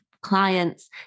clients